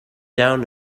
down